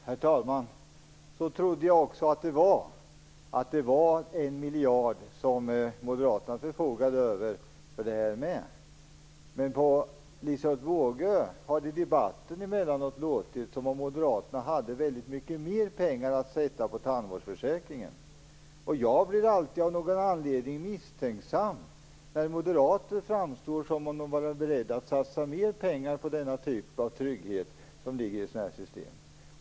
Herr talman! Så trodde jag också att det var. Jag trodde att det var 1 miljard som Moderaterna förfogade över. Men i debatten har det emellanåt låtit på Liselotte Wågö som om Moderaterna hade väldigt mycket mer pengar att lägga på tandvårdsförsäkringen. Av någon anledning blir jag alltid misstänksam när moderater framstår som om de var beredda att satsa mer pengar på denna typ av trygghet.